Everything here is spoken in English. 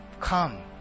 Come